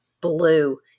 blue